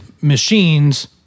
machines